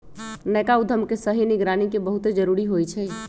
नयका उद्यम के सही निगरानी के बहुते जरूरी होइ छइ